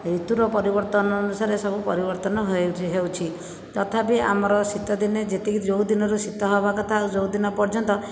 ଋତୁର ପରିବର୍ତ୍ତନ ଅନୁସାରେ ଏ ସବୁ ପରିବର୍ତ୍ତନ ହେଉଛି ହେଉଛି ତଥାବି ଆମର ଶୀତଦିନେ ଯେତିକି ଯେଉଁ ଦିନରୁ ଶୀତ ହେବା କଥା ଆଉ ଯେଉଁ ଦିନ ପର୍ଯ୍ୟନ୍ତ